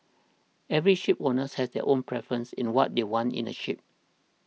every shipowner has their own preference in what they want in a ship